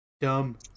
dumb